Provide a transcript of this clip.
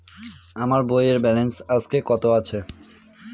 আমার বইয়ের ব্যালেন্স আজকে কত আছে?